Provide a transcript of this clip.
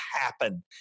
happen